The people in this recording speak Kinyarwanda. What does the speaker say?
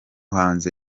hanze